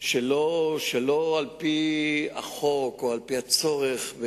שלא על-פי החוק או על-פי הצורך.